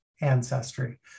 ancestry